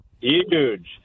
Huge